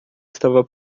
estava